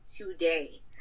today